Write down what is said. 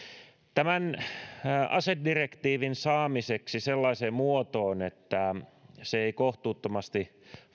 tämän asedirektiivin saamiseksi sellaiseen muotoon että se ei kohtuuttomasti